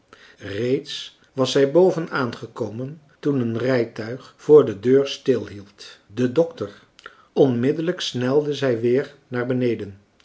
reeds was zij boven aangekomen toen een rijtuig voor de deur stilhield de dokter onmiddelijk snelde zij weer naar beneden